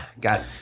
got